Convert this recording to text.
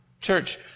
Church